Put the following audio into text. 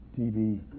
TV